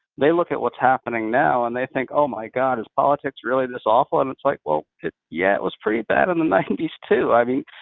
they look at what's happening now and they think, oh my god, is politics really this awful? and it's like, well yeah, it was pretty bad in the ninety s, too. i mean,